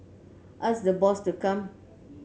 ask the boss to come